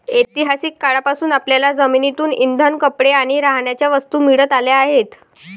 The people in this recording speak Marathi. ऐतिहासिक काळापासून आपल्याला जमिनीतून इंधन, कपडे आणि राहण्याच्या वस्तू मिळत आल्या आहेत